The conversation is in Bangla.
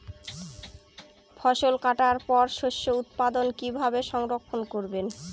ফসল কাটার পর শস্য উৎপাদন কিভাবে সংরক্ষণ করবেন?